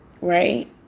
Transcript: Right